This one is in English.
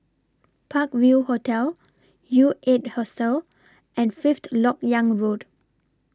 Park View Hotel U eight Hostel and Fifth Lok Yang Road